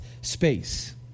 space